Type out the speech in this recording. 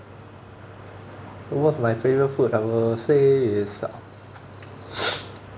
what's my favourite food I will say is uh